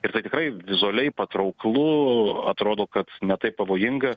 ir tai tikrai vizualiai patrauklu atrodo kad ne taip pavojinga